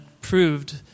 proved